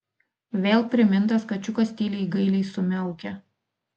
vėl primintas kačiukas tyliai gailiai sumiaukė